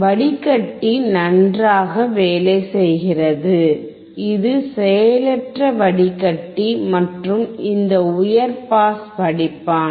வடிகட்டி நன்றாக வேலை செய்கிறது இது செயலற்ற வடிகட்டி மற்றும் இந்த உயர் பாஸ் வடிப்பான்